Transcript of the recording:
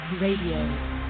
RADIO